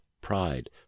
pride